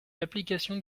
l’application